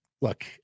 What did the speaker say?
look